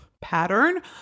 pattern